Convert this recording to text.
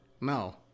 no